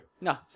No